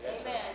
Amen